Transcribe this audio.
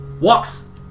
walks